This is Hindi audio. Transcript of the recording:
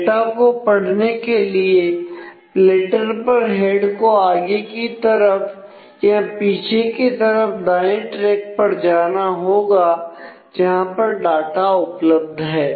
डाटा को पढ़ने के लिए प्लेटर पर हेड को आगे की तरफ या पीछे की तरफ दाएं ट्रैक पर जाना होगा जहां पर डाटा उपलब्ध है